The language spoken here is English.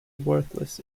worthless